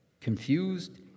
confused